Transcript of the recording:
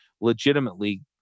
legitimately